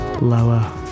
lower